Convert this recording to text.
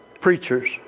preachers